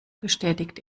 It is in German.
bestätigt